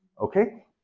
Okay